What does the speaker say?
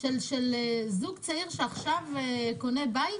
של זוג צעיר שעכשיו קונה בית